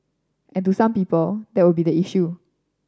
and to some people that would be the issue